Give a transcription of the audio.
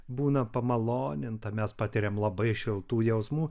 būna pamaloninta mes patiriam labai šiltų jausmų